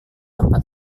tempat